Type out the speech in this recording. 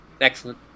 Excellent